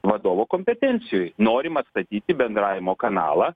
vadovo kompetencijoj norim atstatyti bendravimo kanalą